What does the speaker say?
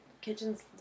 kitchen's